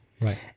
Right